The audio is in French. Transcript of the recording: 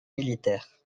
militaires